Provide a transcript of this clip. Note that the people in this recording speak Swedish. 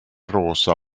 rosa